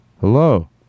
Hello